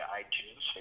iTunes